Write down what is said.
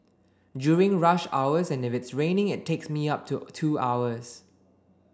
during rush hours and if it's raining it takes me up to two hours